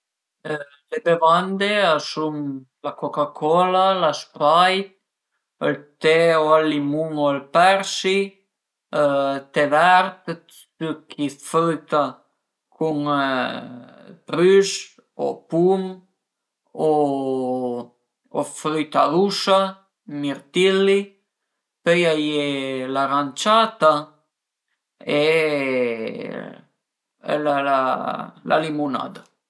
Le bevande a sun la coca cola, la sprite, ël te o al limun o al persi, te vert, succhi dë früita cun prüs o pum o früita rusa, mirtilli, pöi a ie l'aranciata e la limunada